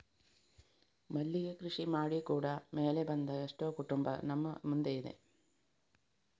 ಮಲ್ಲಿಗೆ ಕೃಷಿ ಮಾಡಿ ಕೂಡಾ ಮೇಲೆ ಬಂದ ಎಷ್ಟೋ ಕುಟುಂಬ ನಮ್ಮ ಮುಂದೆ ಇದೆ